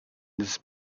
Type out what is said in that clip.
this